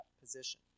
position